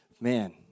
man